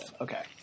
Okay